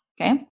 Okay